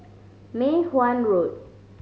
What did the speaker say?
Mei Hwan Road